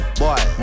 boy